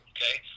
Okay